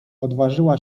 odważyła